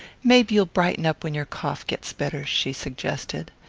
maybe you'll brighten up when your cough gets better, she suggested.